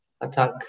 attack